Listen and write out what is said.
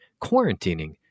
quarantining